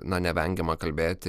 na nevengiama kalbėti